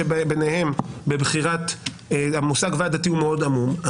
שביניהם בבחירת המושג ועד דתי הוא מאוד עמום.